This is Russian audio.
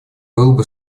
было